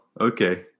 okay